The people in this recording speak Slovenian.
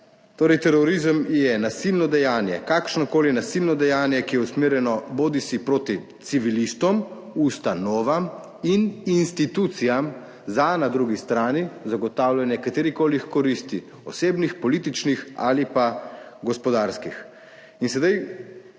Torej terorizem je nasilno dejanje, kakršnokoli nasilno dejanje, ki je usmerjeno bodisi proti civilistom, ustanovam in institucijam za na drugi strani zagotavljanje katerihkoli koristi, osebnih, političnih ali pa gospodarskih, in sedaj